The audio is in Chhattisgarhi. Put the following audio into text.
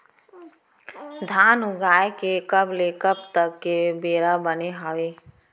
धान उगाए के कब ले कब तक के बेरा बने हावय?